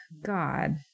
God